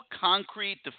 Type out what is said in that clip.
concrete